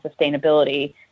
sustainability